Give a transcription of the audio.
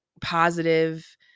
positive